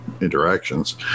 interactions